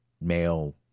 male